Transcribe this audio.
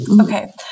Okay